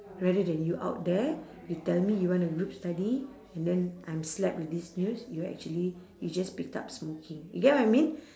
rather than you out there you tell me you want to group study and then I'm slapped with this news you're actually you just picked up smoking you get what I mean